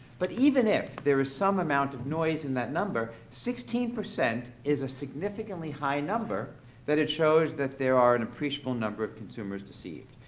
but even if there is some amount of noise in that number, sixteen percent is a significantly high number that it shows that there are an appreciable number of consumers deceived.